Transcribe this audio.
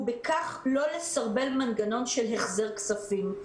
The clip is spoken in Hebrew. ובכך לא לסרבל מנגנון של החזר כספים,